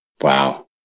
Wow